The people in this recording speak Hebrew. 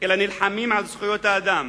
אלא נלחמים על זכויות האדם.